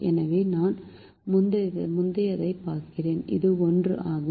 எனவே நான் முந்தையதைப் பார்க்கிறேன் இது 1 ஆகும்